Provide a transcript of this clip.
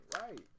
right